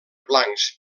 blancs